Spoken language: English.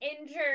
injured